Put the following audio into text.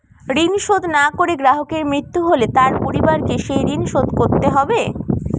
ঋণ শোধ না করে গ্রাহকের মৃত্যু হলে তার পরিবারকে সেই ঋণ শোধ করতে হবে?